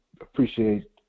appreciate